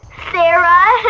sarah?